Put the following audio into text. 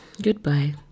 Goodbye